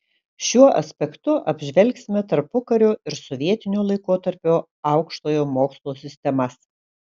šiuo aspektu apžvelgsime tarpukario ir sovietinio laikotarpio aukštojo mokslo sistemas